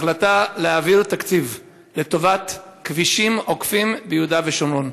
החלטה להעביר תקציב לטובת כבישים עוקפים ביהודה ושומרון.